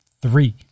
three